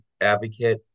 advocate